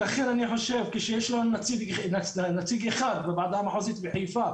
לכן אני חושב כשיש לנו נציג אחד בוועדה המחוזית בחיפה,